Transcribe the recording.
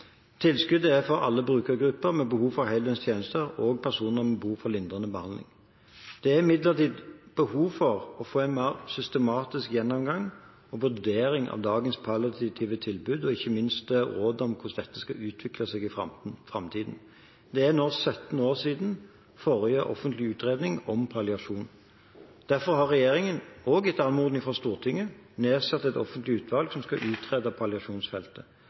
Tilskuddet er for alle brukergrupper med behov for heldøgnstjenester og personer med behov for lindrende behandling. Det er imidlertid behov for å få en mer systematisk gjennomgang og vurdering av dagens palliative tilbud og ikke minst råd om hvordan dette skal utvikle seg i framtiden. Det er nå 17 år siden forrige offentlige utredning om palliasjon. Derfor har regjeringen, også etter anmodning fra Stortinget, nedsatt et offentlig utvalg som skal utrede palliasjonsfeltet.